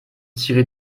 tiré